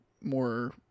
more